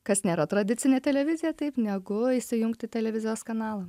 kas nėra tradicinė televizija taip negu įsijungti televizijos kanalą